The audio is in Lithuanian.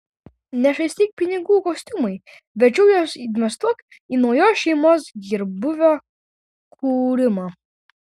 nešvaistyk pinigų kostiumui verčiau juos investuok į naujos šeimos gerbūvio kūrimą